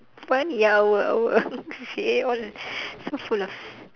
funny ah our our C_C_A all so full of